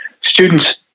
students